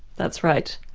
that's right.